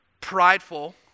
prideful